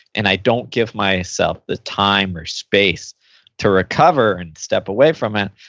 and i don't give myself the time or space to recover and step away from it,